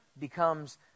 becomes